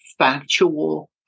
factual